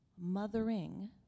mothering